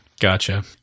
Gotcha